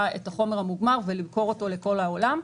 את החומר המוגמר ולמכור אותו לכל העולם,